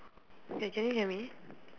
ya I can